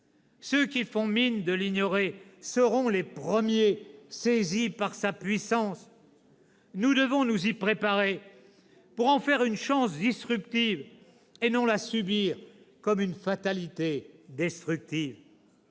Ceux qui font mine de l'ignorer seront les premiers saisis par sa puissance. Nous devons nous y préparer, pour en faire une chance disruptive et non la subir comme une fatalité destructive.